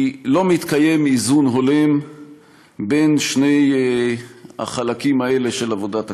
כי לא מתקיים איזון הולם בין שני החלקים האלה של עבודת הכנסת,